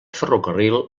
ferrocarril